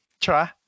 Try